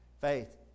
Faith